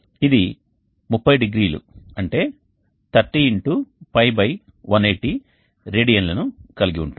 ఇది 30 డిగ్రీలు అంటే 30 x Π180 రేడియన్లను కలిగి ఉంటుంది